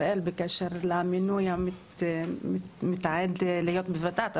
הראל בקשר למינוי המתעד להיות במל"ג.